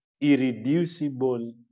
irreducible